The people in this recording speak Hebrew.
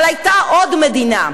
אבל היתה עוד מדינה,